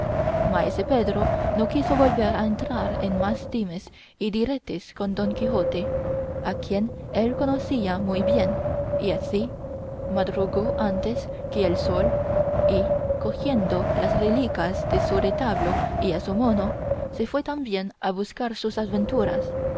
maese pedro no quiso volver a entrar en más dimes ni diretes con don quijote a quien él conocía muy bien y así madrugó antes que el sol y cogiendo las reliquias de su retablo y a su mono se fue también a buscar sus aventuras